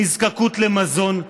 נזקקות למזון,